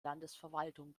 landesverwaltung